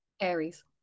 Aries